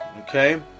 Okay